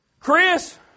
Chris